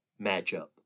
matchup